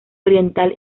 oriental